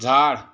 झाड